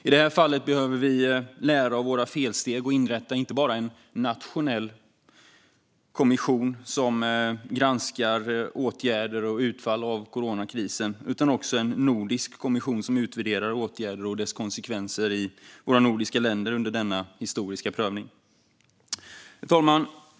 I det här fallet behöver vi lära av våra felsteg och inrätta inte bara en nationell kommission som granskar åtgärder och utfall av coronakrisen utan också en nordisk kommission som utvärderar åtgärder och deras konsekvenser i våra nordiska länder under denna historiska prövning. Herr talman!